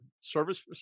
service